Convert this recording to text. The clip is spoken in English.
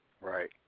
Right